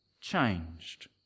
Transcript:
changed